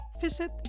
visit